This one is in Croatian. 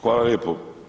Hvala lijepo.